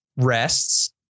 rests